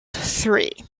three